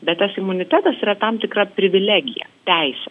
bet tas imunitetas yra tam tikra privilegija teisė